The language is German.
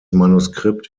manuskript